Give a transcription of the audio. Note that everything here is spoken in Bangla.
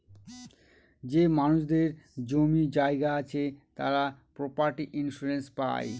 যে মানুষদের জমি জায়গা আছে তারা প্রপার্টি ইন্সুরেন্স পাই